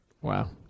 Wow